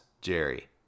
Jerry